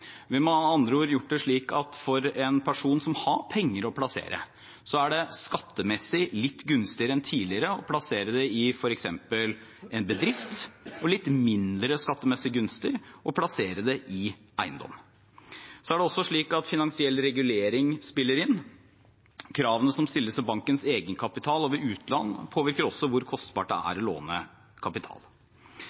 Vi har med andre ord gjort det slik at for en person som har penger å plassere, er det skattemessig litt gunstigere enn tidligere å plassere dem i f.eks. en bedrift, og litt mindre skattemessig gunstig å plassere dem i eiendom. Finansiell regulering spiller også inn. Kravene som stilles til bankens egenkapital og ved utlån, påvirker hvor kostbart det er å låne kapital.